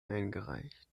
eingereicht